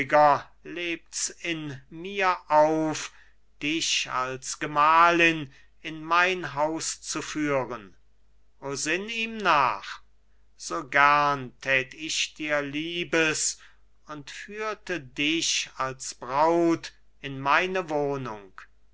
lebt's in mir auf dich als gemahlin in mein haus zu führen o sinn ihm nach so gern thät ich dir liebes und führte dich als braut in meine wohnung